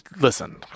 listen